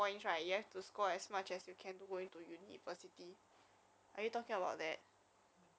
seems like it's uh just taking the average of the final test result